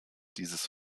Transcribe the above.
dieses